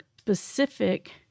specific